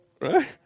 Right